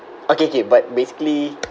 okay okay but basically